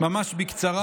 ממש בקצרה.